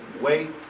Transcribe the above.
wait